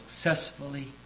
successfully